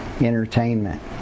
entertainment